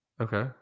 Okay